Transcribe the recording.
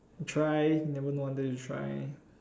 try never know until you try